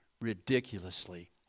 ridiculously